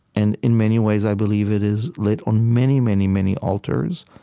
and in many ways, i believe, it is lit on many, many, many altars.